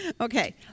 Okay